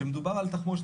כשמדובר על תחמושת,